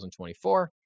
2024